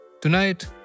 Tonight